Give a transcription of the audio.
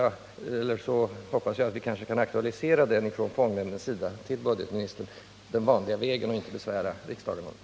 Har budgetministern övervägt det förslag som framfördes motionsvägen vid förra riksmötet eller har budgetministern eljest någon annan åtgärd att föreslå?